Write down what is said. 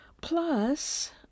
Plus